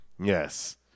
Yes